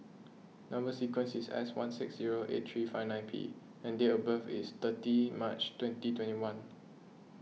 Number Sequence is S one six zero eight three five nine P and date of birth is thirty March twenty twenty one